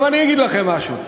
אגיד לכם משהו: